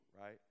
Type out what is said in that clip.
right